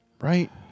right